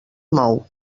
mou